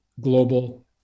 global